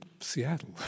Seattle